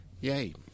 yay